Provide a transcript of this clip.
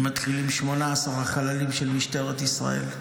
אם מתחילים ב-18 החללים של משטרת ישראל,